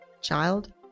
child